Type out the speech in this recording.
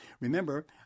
remember